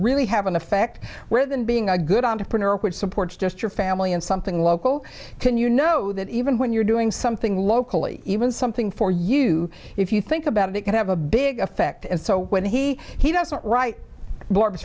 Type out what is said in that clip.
really have an effect where the being a good entrepreneur which supports just your family and something local can you know that even when you're doing something locally even something for you if you think about it it can have a big effect and so when he he doesn't wri